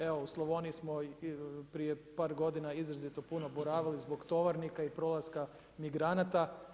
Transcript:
Evo u Slavoniji smo prije par godina izrazito puno boravili zbog Tovarnika i prolaska migranata.